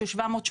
מה שעוד לא